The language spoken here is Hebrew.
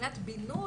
מבחינת בינוי,